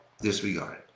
disregard